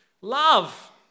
Love